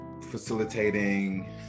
facilitating